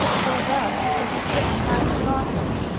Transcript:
for thus it is written by the prophet,